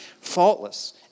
faultless